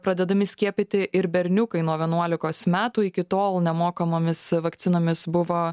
pradedami skiepyti ir berniukai nuo vienuolikos metų iki tol nemokamomis vakcinomis buvo